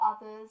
others